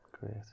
Great